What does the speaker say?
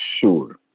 sure